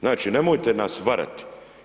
Znači nemojte nas varati.